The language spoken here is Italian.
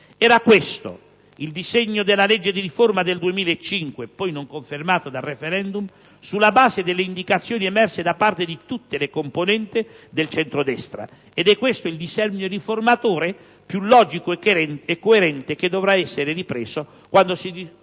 Era questo il disegno della legge di riforma del 2005 (poi non confermato dal *referendum*) sulla base delle indicazioni emerse da parte di tutte le componenti del centro-destra ed è questo il disegno riformatore più logico e coerente che dovrà essere ripreso quando si ridiscuterà